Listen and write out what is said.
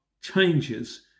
changes